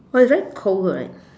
but it's very cold right